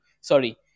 Sorry